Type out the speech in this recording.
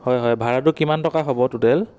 হয় হয় ভাড়াটো কিমান টকা হ'ব টোটেল